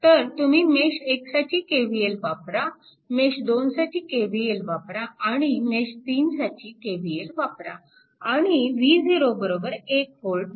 तर तुम्ही मेश 1 साठी KVL वापरा मेश 2 साठी KVL वापरा आणि मेश 3 साठी KVL वापरा आणि V0 1V वापरा